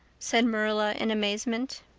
said marilla in amazement.